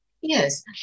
Yes